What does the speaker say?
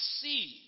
see